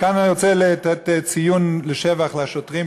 וכאן אני רוצה לתת ציון לשבח לשוטרים,